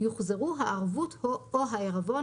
יוחזרוהערבות או העירבון,